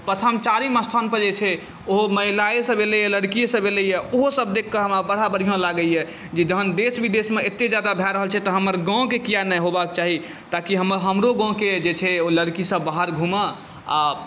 प्रथम चारिम स्थानपर जे छै ओहो महिलाएसभ एलैए लड़किएसभ एलैए ओहोसभ देखिके हमरा बड़ा बढ़िआँ लागैए जे जहन देश विदेशमे एतेक ज्यादा भए रहल छै तऽ हमर गाँवके किएक नहि होयबाक चाही ताकि हमरो गामके जे छै ओ लड़कीसभ ओ बाहर घूमय आ